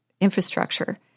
infrastructure